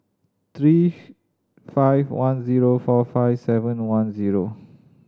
three five one zero four five seven one zero